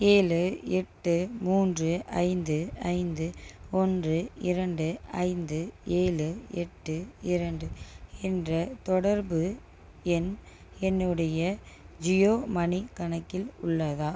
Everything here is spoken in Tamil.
ஏழு எட்டு மூன்று ஐந்து ஐந்து ஒன்று இரண்டு ஐந்து ஏழு எட்டு இரண்டு என்ற தொடர்பு எண் என்னுடைய ஜியோ மணி கணக்கில் உள்ளதா